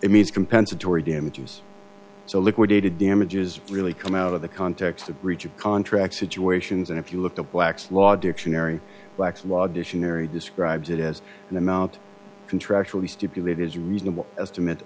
it means compensatory damages so liquidated damages really come out of the context of breach of contract situations and if you look at black's law dictionary black's law dictionary describes it as an amount contractually stipulate is reasonable estimate